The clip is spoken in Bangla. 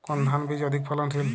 কোন ধান বীজ অধিক ফলনশীল?